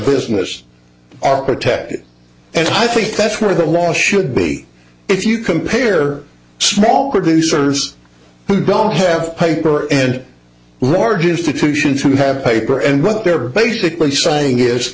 business are protected and i think that's where the law should be if you compare small producers who don't have hyper and large institutions to have paper and what they're basically saying is